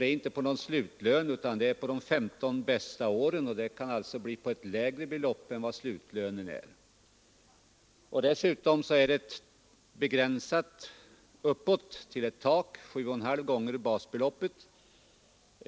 inte på slutlönen utan på lönen under de 15 bästa åren, och pensionen kan alltså utgå på ett lägre belopp än slutlönen. Dessutom är den pensionsgrundande inkomsten begränsad till sju och en halv gånger basbeloppet.